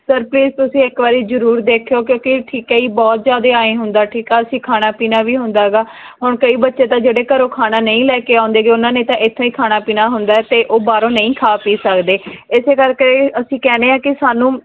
sir please ਤੁਸੀਂ ਇੱਕ ਵਾਰੀ ਜ਼ਰੂਰ ਦੇਖਿਓ ਕਿਉਂਕਿ ਠੀਕ ਹੈ ਜੀ ਬਹੁਤ ਜ਼ਿਆਦੇ ਐਂ ਹੁੰਦਾ ਠੀਕ ਆ ਅਸੀਂ ਖਾਣਾ ਪੀਣਾ ਵੀ ਹੁੰਦਾ ਗਾ ਹੁਣ ਕਈ ਬੱਚੇ ਤਾਂ ਜਿਹੜੇ ਘਰੋਂ ਖਾਣਾ ਨਹੀਂ ਲੈ ਕੇ ਆਉਂਦੇ ਗੇ ਉਹਨਾਂ ਨੇ ਤਾਂ ਇੱਥੋਂ ਹੀ ਖਾਣਾ ਪੀਣਾ ਹੁੰਦਾ ਅਤੇ ਉਹ ਬਾਹਰੋਂ ਨਹੀਂ ਖਾ ਪੀ ਸਕਦੇ ਇਸੇ ਕਰਕੇ ਅਸੀਂ ਕਹਿੰਦੇ ਹਾਂ ਕਿ ਸਾਨੂੰ